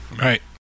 Right